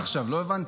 זאת האופוזיציה?